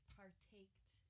partaked